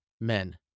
men